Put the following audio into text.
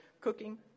cooking